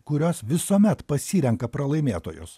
kurios visuomet pasirenka pralaimėtojus